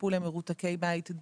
טיפול למרותקי בית,